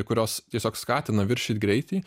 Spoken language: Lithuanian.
kurios tiesiog skatina viršyt greitį